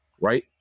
right